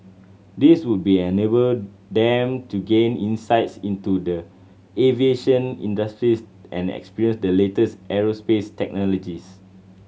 this would be enable them to gain insights into the aviation industries and experience the latest aerospace technologies